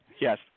Yes